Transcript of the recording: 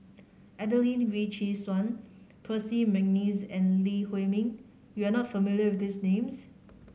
Adelene Wee Chin Suan Percy McNeice and Lee Huei Min you are not familiar with these names